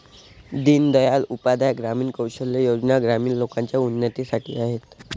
दीन दयाल उपाध्याय ग्रामीण कौशल्या योजना ग्रामीण लोकांच्या उन्नतीसाठी आहेत